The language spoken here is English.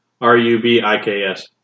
R-U-B-I-K-S